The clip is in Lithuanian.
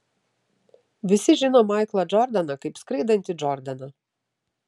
visi žino maiklą džordaną kaip skraidantį džordaną